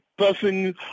person